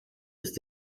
ist